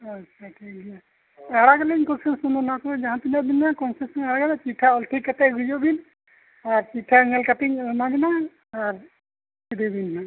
ᱟᱪᱪᱷᱟ ᱴᱷᱤᱠ ᱜᱮᱭᱟ ᱟᱲᱟᱜ ᱟᱹᱞᱤᱧ ᱠᱚᱱᱥᱮᱥᱚᱱ ᱫᱚ ᱚᱱᱟ ᱠᱚᱨᱮᱜ ᱡᱟᱦᱟᱸ ᱛᱤᱱᱟᱹᱜ ᱵᱤᱱᱟ ᱠᱚᱱᱥᱮᱥᱚᱱ ᱪᱤᱴᱷᱟᱹ ᱚᱞ ᱴᱷᱤᱠ ᱠᱟᱛᱮᱫ ᱦᱤᱡᱩᱜ ᱵᱤᱱ ᱟᱨ ᱴᱷᱤᱠ ᱴᱷᱟᱠ ᱧᱮᱞ ᱠᱟᱛᱮᱫ ᱤᱧ ᱮᱢᱟ ᱵᱤᱱᱟ ᱟᱨ ᱤᱫᱤ ᱵᱤᱱ ᱦᱟᱸᱜ